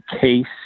case